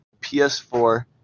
PS4